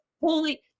holy